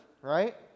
right